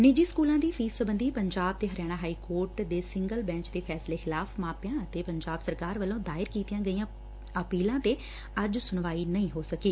ਨਿੱਜੀ ਸਕੁਲਾਂ ਦੀ ਫ਼ੀਸ ਸਬੰਧੀ ਪੰਜਾਬ ਤੇ ਹਰਿਆਣਾ ਹਾਈ ਕੋਰਟ ਦੇ ਸਿੰਗਲ ਬੈ'ਚ ਦੇ ਫੈਸਲੇ ਖਿਲਾਫ਼ ਮਾਪਿਆਂ ਅਤੇ ਪੰਜਾਬ ਸਰਕਾਰ ਵੱਲੋਂ ਦਾਇਰ ਕੀਤੀਆਂ ਗਈਆਂ ਅਪੀਲਾਂ ਤੇ ਸੁਣਵਾਈ ਹੁਣ ਪਰਸੋਂ ਹੋਵੇਗੀ